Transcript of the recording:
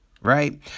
right